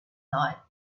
night